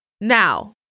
Now